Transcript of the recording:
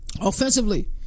Offensively